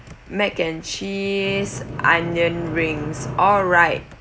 mac and cheese onion rings all right